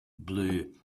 blue